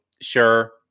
sure